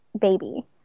baby